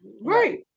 Right